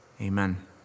Amen